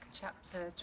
chapter